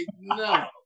no